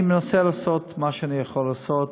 אני מנסה לעשות מה שאני יכול לעשות.